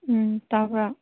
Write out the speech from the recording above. ꯎꯝ ꯇꯥꯕ꯭ꯔꯥ